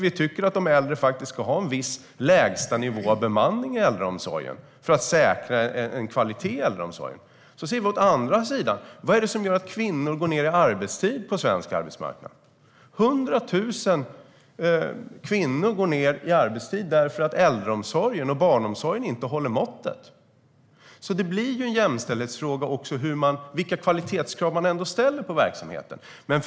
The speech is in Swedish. Vi tycker att de äldre ska ha en viss lägstanivå för bemanningen i äldreomsorgen för att kvaliteten ska säkras. Så ser vi åt andra sidan - vad är det som gör att kvinnor går ned i arbetstid på svensk arbetsmarknad? 100 000 kvinnor går ned i arbetstid därför att äldreomsorgen och barnomsorgen inte håller måttet. Det blir en jämställdhetsfråga vilka kvalitetskrav man ställer på verksamheten.